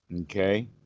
Okay